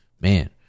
Man